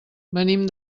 venim